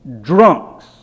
drunks